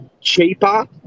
cheaper